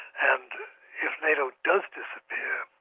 and if nato does disappear,